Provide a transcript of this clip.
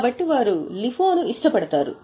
కాబట్టి వారు LIFO ను ఇష్టపడతారు